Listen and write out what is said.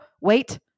wait